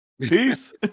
Peace